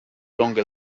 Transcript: longer